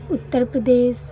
Uttar Pradesh